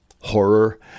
Horror